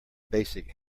basic